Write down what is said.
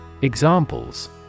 Examples